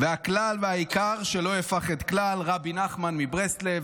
והכלל והעיקר שלא יפחד כלל" רבי נחמן מברסלב.